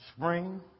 Spring